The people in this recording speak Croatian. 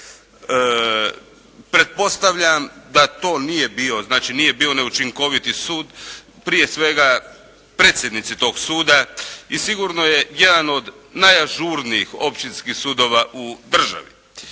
Pretpostavljam da to nije bio, znači nije bio neučinkoviti sud, prije svega predsjednici tog suda, i sigurno je jedan od najažurnijih općinskih sudova u državi.